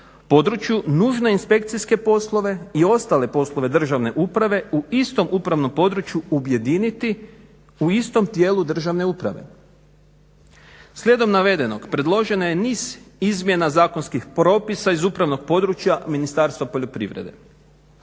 području nužno inspekcijske poslove i ostale poslove uprave u istom upravnom području objediniti u istom tijelu državne uprave. Slijedom navedenog predloženo je niz izmjena zakonskih propisa iz upravnih područja Ministarstva poljoprivrede